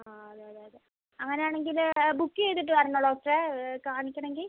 ആ അങ്ങനെ ആണെങ്കില് ബുക്ക് ചെയ്തിട്ട് വരണോ ഡോക്ടറെ കാണിക്കണമെങ്കിൽ